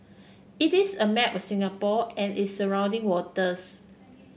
it is a map of Singapore and its surrounding waters